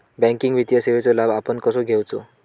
Banking वित्तीय सेवाचो लाभ आपण कसो घेयाचो?